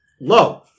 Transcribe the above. Low